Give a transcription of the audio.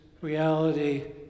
reality